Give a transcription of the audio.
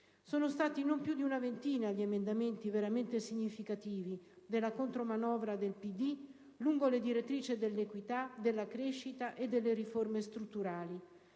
Sono stati non più di una ventina gli emendamenti veramente significativi della contromanovra del Partito Democratico lungo le direttrici dell'equità, della crescita e delle riforme strutturali.